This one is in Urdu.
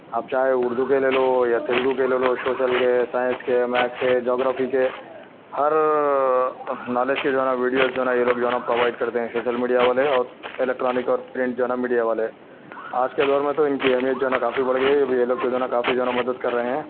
آپ چاہے اردو کے لے لو یا تیلگو کے لے لو شوشل کے سائنس کے میتھس کے جیوگرافی کے ہر نالج کے جو ہے نا ویڈیوز جو ہے نا یہ لوگ جو ہے نا پرووائڈ کرتے ہیں شوشل میڈیا والے اور الیکٹرانک اور پرنٹ جو ہے نا میڈیا والے آج کے دور میں تو ان کی اہمیت جو ہے نا کافی بڑھ گئی ہے ابھی یہ لوگ تو جو ہے نا کافی جو ہے نا مدد کر رہے ہیں